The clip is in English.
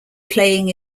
playing